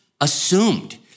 assumed